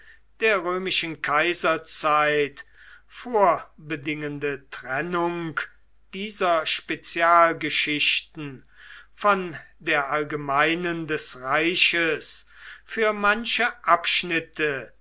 der römischen kaiserzeit vorbedingende trennung dieser spezialgeschichten von der allgemeinen des reiches für manche abschnitte